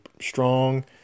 strong